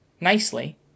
nicely